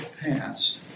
passed